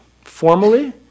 formally